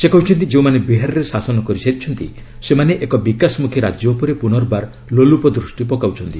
ସେ କହିଛନ୍ତି ଯେଉଁମାନେ ବିହାରରେ ଶାସନ କରିସାରିଛନ୍ତି ସେମାନେ ଏକ ବିକାଶମୁଖୀ ରାଜ୍ୟ ଉପରେ ପୁନର୍ବାର ଲୋଲୁପ ଦୃଷ୍ଟି ପକାଉଛନ୍ତି